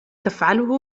تفعله